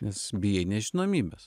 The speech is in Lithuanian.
nes bijai nežinomybės